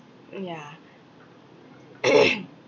yeah